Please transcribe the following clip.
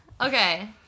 Okay